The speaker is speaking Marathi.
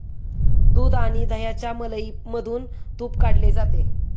दूध आणि दह्याच्या मलईमधून तुप काढले जाते